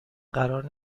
قرار